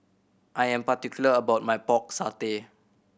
I am particular about my Pork Satay